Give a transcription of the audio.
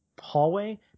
hallway